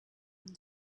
when